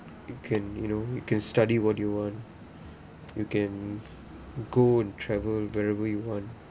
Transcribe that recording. you can you know you can study what do you want you can go and travel wherever you want